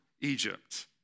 Egypt